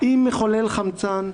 עם מחולל חמצן,